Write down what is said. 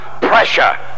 pressure